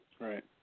Right